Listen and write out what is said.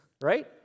right